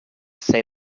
say